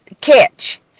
catch